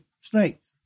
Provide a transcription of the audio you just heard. snakes